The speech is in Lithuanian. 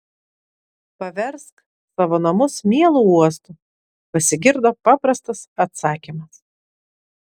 paversk savo namus mielu uostu pasigirdo paprastas atsakymas